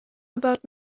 about